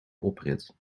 oprit